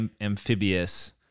amphibious